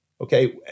Okay